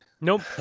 Nope